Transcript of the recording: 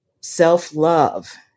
self-love